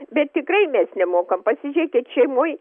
bet tikrai mes nemokam pasižiūrėkit šeimoj